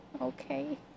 okay